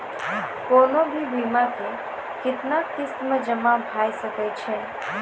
कोनो भी बीमा के कितना किस्त मे जमा भाय सके छै?